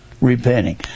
repenting